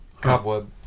cobweb